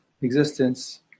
existence